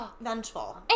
vengeful